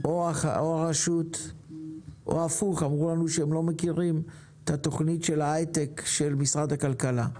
שהרשות אמרה שהיא לא מכירה את תוכנית ההייטק של משרד הכלכלה.